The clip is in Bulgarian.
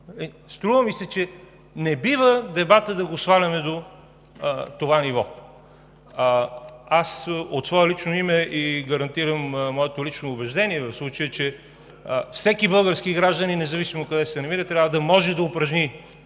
Струва ми се, че не бива дебатът да го сваляме до това ниво. От свое лично име гарантирам, и мое лично убеждение е в случая, че всеки български гражданин независимо къде се намира, трябва да може да упражни